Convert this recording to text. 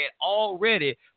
already